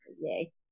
yay